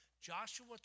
Joshua